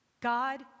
God